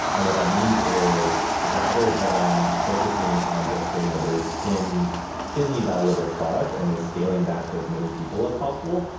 and what that means is rather than focusing on just creating a very thinly thinly valuable product and then scaling that to as many people as possible,